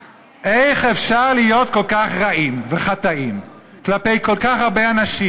איך אפשר להיות כל כך רעים וחטאים כלפי כל כך הרבה אנשים?